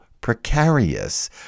precarious